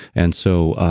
and so,